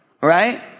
Right